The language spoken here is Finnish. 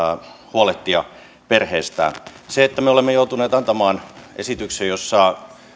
huolehtia perheestään se että me olemme joutuneet antamaan esityksen jossa